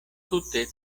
tute